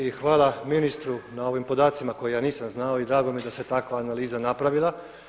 I hvala ministru na ovim podacima koje ja nisam znao i drago mi je da se takva analiza napravila.